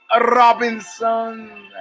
Robinson